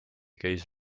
käis